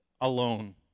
alone